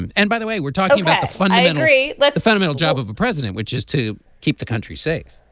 and and by the way we're talking about the funny henry let the fundamental job of the president which is to keep the country safe